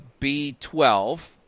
B12